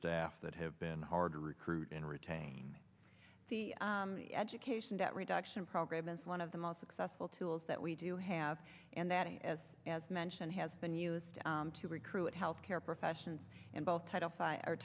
staff that have been hard to recruit and retain the education debt reduction program as one of the most successful tools that we do have and that as as mentioned has been used to recruit health care professions and both title fi